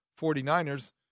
49ers